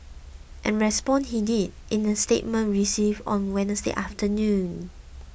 and respond he did in a statement we received on Wednesday afternoon